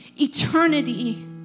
eternity